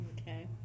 Okay